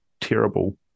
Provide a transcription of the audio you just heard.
terrible